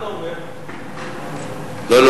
לא.